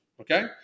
Okay